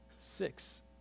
Six